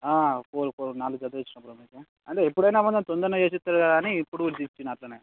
four four నాలుగు జతలు ఇచ్చినా బ్రో మీకు అదే ఎప్పుడైనా మనకు తొందరనే చేసి ఇస్తాడు కదా అని ఇప్పుడు ఇది ఇచ్చినా అట్లానే